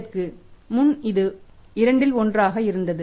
இதற்கு முன் இது 2 1 ஆக இருந்தது